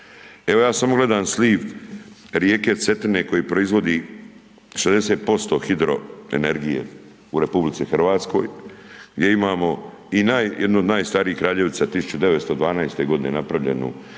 evo ja samo gledam sliv rijeke Cetine koji proizvodi 60% hidroenergije u RH gdje imamo i jedno od najstarijih, Kraljevica 1912. g. napravljenu